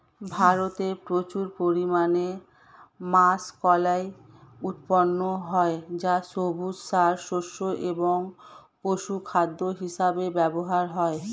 ভারতে প্রচুর পরিমাণে মাষকলাই উৎপন্ন হয় যা সবুজ সার, শস্য এবং পশুখাদ্য হিসেবে ব্যবহৃত হয়